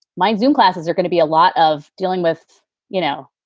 my zoome classes are going to be a lot of dealing with, you know,